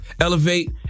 elevate